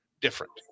different